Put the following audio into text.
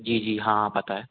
जी जी हाँ हाँ पता है